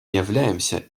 являемся